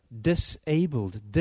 disabled